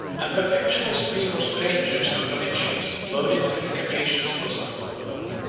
a perpetual stream of strangers and provincials flowed into the capacious bosom of rome.